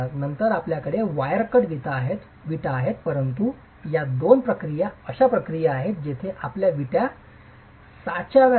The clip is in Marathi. तर आपल्याकडे वायर कट विटा आहेत परंतु या दोन प्रक्रिया अशा प्रक्रिया आहेत जिथे आपल्याला विटा साचाव्या लागतात